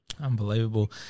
Unbelievable